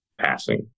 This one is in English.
passing